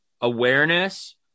awareness